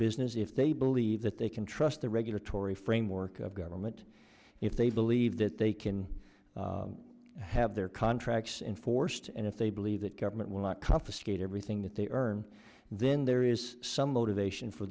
business if they believe that they can trust the regulatory framework of government if they believe that they can have their contracts enforced and if they believe that government will not confiscate everything that they earn then there is some motivation for